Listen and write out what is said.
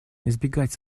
избегать